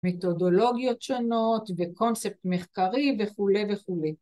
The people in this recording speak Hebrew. ‫מתודולוגיות שונות וקונספט מחקרי ‫וכו' וכו'.